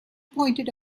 pointed